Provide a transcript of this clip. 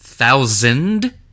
thousand